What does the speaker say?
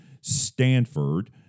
Stanford